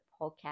podcast